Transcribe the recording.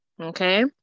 okay